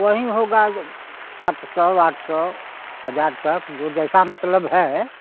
वही होगा सात सौ आठ सौ हज़ार तक जो जैसा मतलब है